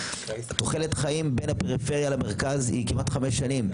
הפרש תוחלת החיים בין הפריפריה למרכז הוא כמעט חמש שנים.